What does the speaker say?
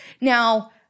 Now